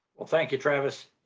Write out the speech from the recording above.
thank you travis.